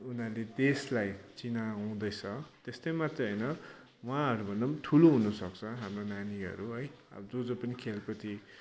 उनीहरूले देशलाई चिनाउँदैछ त्यस्तै मात्रै होइन उहाँहरूभन्दा पनि ठुलो हुन सक्छ हाम्रो नानीहरू है जो जो पनि खेलप्रति